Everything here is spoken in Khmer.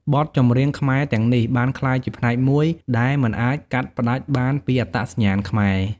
បទចម្រៀងខ្មែរទាំងនេះបានក្លាយជាផ្នែកមួយដែលមិនអាចកាត់ផ្តាច់បានពីអត្តសញ្ញាណខ្មែរ។